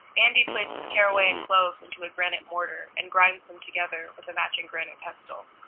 andy places caraway and cloves into a granite mortar and grinds them together with a matching granite pestle.